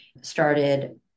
started